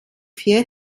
vier